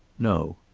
no.